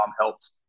helped